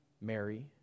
Mary